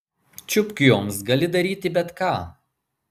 čiupk joms gali daryti bet ką